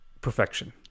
perfection